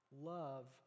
love